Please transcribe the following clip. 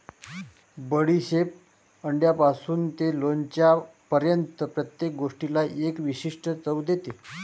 बडीशेप अंड्यापासून ते लोणच्यापर्यंत प्रत्येक गोष्टीला एक विशिष्ट चव देते